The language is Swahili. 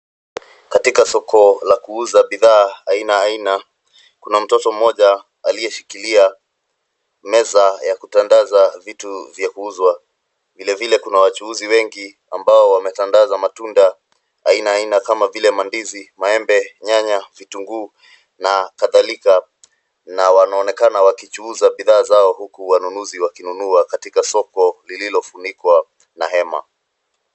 Katika soko la kuuza bidha aina aina, kuna mtoto moja aliyeshikilia meza ya kutandaza vitu vya kuuzwa. Vilevile kuna wachuuzi wengi ambao wametandaza matunda aina aina kama vile mandizi, maembe, nyanya, vitunguu na kadhalika na wanaonekana wakichuuza bidhaa zao huku wanunuzi wakinunua katika soko lililofunikwa na hema.